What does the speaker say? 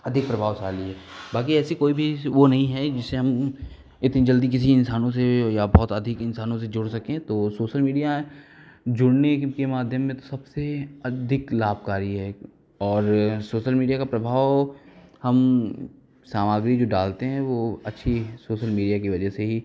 अधिक प्रभावशाली है बाकी ऐसी कोई भी जैसे वो नई है जिससे हम इतनी जल्दी किसी इंसानों से या बहुत अधिक इंसानों से जुड़ सकें तो सोसल मीडिया जुड़ने के के माध्यम में तो सबसे अधिक लाभकारी है और सोसल मीडिया का प्रभाव हम सामग्री जो डालते हैं वो अच्छी सोशल मीडिया की वजह से ही